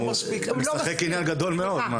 הוא משחק עניין גדול מאוד.